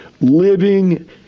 living